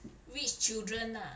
rich children ah